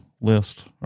list